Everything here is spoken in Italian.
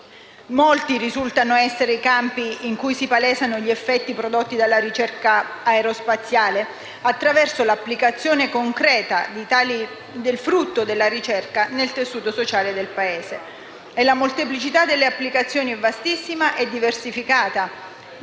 Molti risultano essere i campi in cui si palesano gli effetti prodotti dalla ricerca aerospaziale attraverso l'applicazione concreta del frutto della ricerca nel tessuto sociale del Paese. La molteplicità delle applicazioni è vastissima e diversificata,